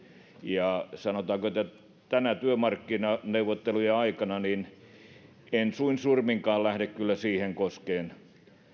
ja sanotaanko että tänä työmarkkinaneuvottelujen aikana en suin surminkaan lähde kyllä siihen koskemaan